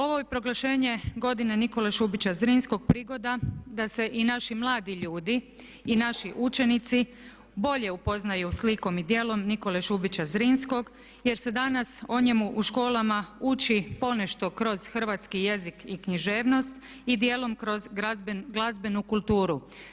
Ovo proglašenje godine Nikole Šubića Zrinskog je prigoda da se i naši mladi ljudi i naši učenici bolje upoznaju s likom i djelom Nikole Šubića Zrinskog jer se danas o njemu u školama uči ponešto kroz hrvatski jezik i književnost i dijelom kroz glazbenu kulturu.